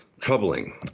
troubling